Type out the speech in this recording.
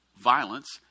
violence